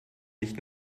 nicht